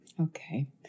okay